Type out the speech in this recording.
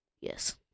Yes